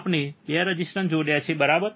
આપણે 2 રેઝિસ્ટર જોડ્યા છે બરાબર